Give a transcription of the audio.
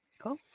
cool